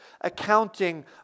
accounting